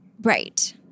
Right